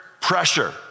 pressure